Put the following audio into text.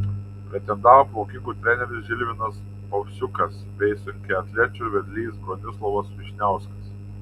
pretendavo plaukikų treneris žilvinas ovsiukas bei sunkiaatlečių vedlys bronislovas vyšniauskas